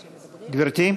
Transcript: כהן-פארן)